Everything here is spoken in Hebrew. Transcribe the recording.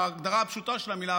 בהגדרה הפשוטה של המילה,